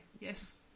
yes